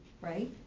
right